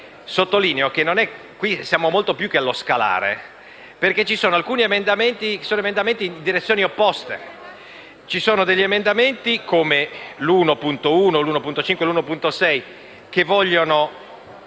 Sottolineo che siamo molto più che allo scalare, perché alcuni emendamenti vanno in direzioni opposte: ci sono degli emendamenti, come l'1.1, l'1.5 e l'1.6, che vogliono